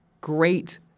great